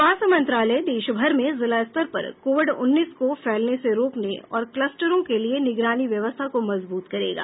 स्वास्थ्य मंत्रालय देश भर में जिला स्तर पर कोविड उन्नीस को फैलने से रोकने और कलस्टरों के लिए निगरानी व्यवस्था को मजबूत करेगा